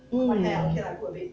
mm